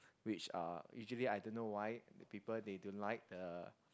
which uh usually I don't know why the people they don't like the